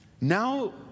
Now